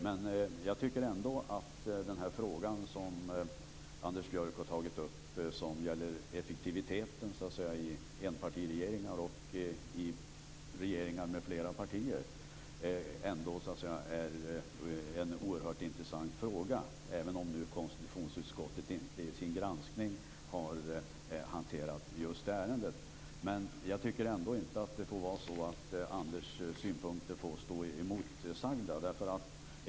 Men jag tycker ändå att frågan om effektiviteten i enpartiregeringar och i flerpartiregeringar som Anders Björck har tagit upp är en oerhört intressant fråga, även om konstitutionsutskottet inte i sin granskning har hanterat just det ärendet. Jag tycker ändå inte att Anders Björcks synpunkter får stå oemotsagda.